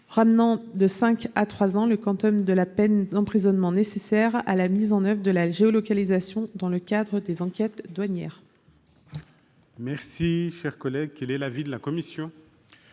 ramenant de cinq à trois ans le quantum de la peine d'emprisonnement nécessaire à la mise en oeuvre de la géolocalisation dans le cadre des enquêtes douanières.